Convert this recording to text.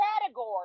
category